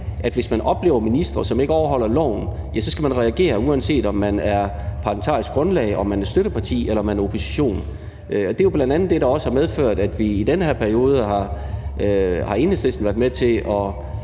at hvis man oplever ministre, som ikke overholder loven, ja, så skal man reagere, uanset om man er parlamentarisk grundlag, om man er støtteparti, eller om man er opposition. Det er jo bl.a. det, der også har medført, at Enhedslisten i den her periode har været med til at